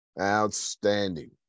outstanding